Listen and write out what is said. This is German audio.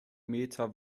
meter